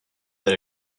that